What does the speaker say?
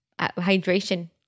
hydration